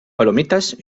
palomitas